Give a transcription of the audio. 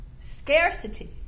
scarcity